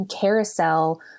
carousel